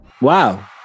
Wow